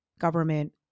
government